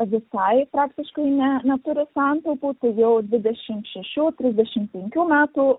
visai praktiškai ne neturi santaupų tai jau dvidešim šešių trisdešim penkių metų